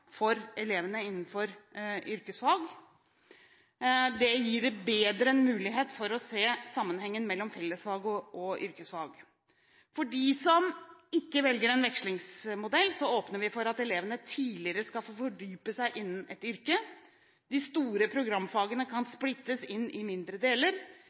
for elevene innenfor yrkesfag. Det gir dem bedre mulighet for å se sammenhengen mellom fellesfag og yrkesfag. For dem som ikke velger en vekslingsmodell, åpner vi for at elevene tidligere skal få fordype seg innen et yrke. De store programfagene kan splittes opp i mindre deler.